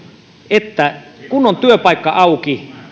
että kun on työpaikka auki